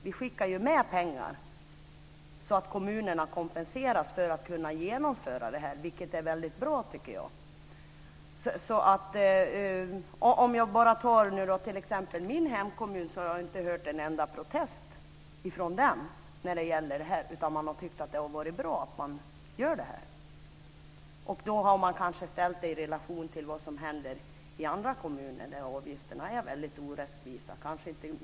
Vi skickar ju med pengar så att kommunerna kompenseras för att kunna genomföra detta, vilket jag tycker är väldigt bra. Från t.ex. min hemkommun har jag inte hört en enda protest om detta, utan man har tyckt att det varit bra att det här görs. Kanske har man då satt det i relation till vad som händer i andra kommuner där avgifterna är väldigt orättvisa.